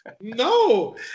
No